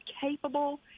capable